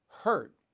hurt